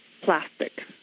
plastic